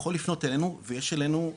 יכול לפנות אלינו ויש אלינו,